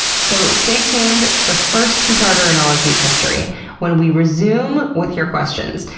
so stay tuned it's the first two-parter in ologies history when we resume with your questions.